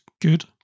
good